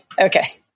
Okay